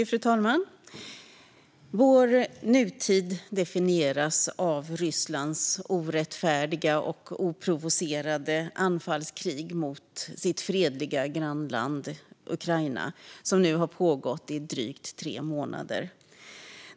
Fru talman! Vår nutid definieras av Rysslands orättfärdiga och oprovocerade anfallskrig mot sitt fredliga grannland Ukraina, som nu har pågått i drygt tre månader.